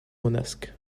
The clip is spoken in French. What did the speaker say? manosque